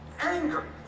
anger